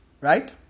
right